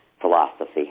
philosophy